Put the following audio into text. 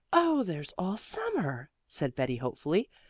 oh, there's all summer, said betty hopefully.